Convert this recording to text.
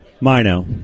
Mino